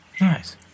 Nice